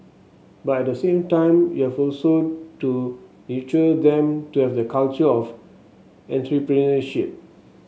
but at the same time you have also to nurture them to have the culture of entrepreneurship